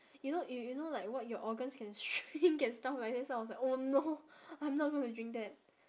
you know you you know like what your organs can shrink and stuff like that so I was like oh no I'm not going to drink that